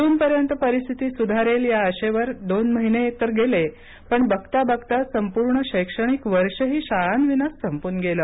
जूनपर्यंत परिस्थिती सुधारेल या आशेवर दोन महिने तर गेले पण बघता बघत संपूर्ण शैक्षणिक वर्षही शाळांविनाच संपून गेलं